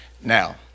now